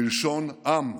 מלשון "עם",